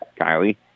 Kylie